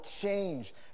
change